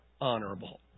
honorable